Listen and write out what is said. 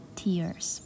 tears